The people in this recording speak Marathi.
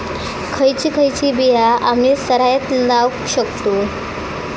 खयची खयची बिया आम्ही सरायत लावक शकतु?